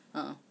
a'ah